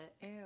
Ew